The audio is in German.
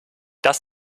das